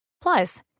Plus